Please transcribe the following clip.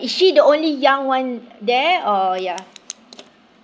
is she the only young one there or ya